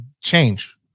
change